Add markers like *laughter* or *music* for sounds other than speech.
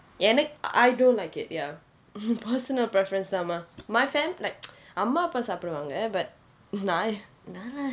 எனக்கு:enakku I don't like it ya personal preference தான் மா:thaan maa my family like *noise* அம்மா அப்பா சாப்பிடுவாங்க:amma appa sappiduvaanga but நான் தான்:naan thaan